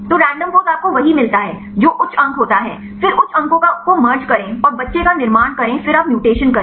तो random pose आपको वही मिलता है जो उच्च अंक होता है फिर उच्च अंकों को मर्ज करें और बच्चे का निर्माण करें फिर आप म्यूटेशन करें